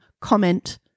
comment